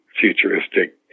futuristic